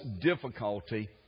difficulty